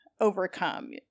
overcome